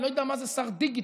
אני לא יודע מה זה שר הדיגיטל,